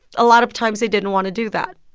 a lot of times, they didn't want to do that.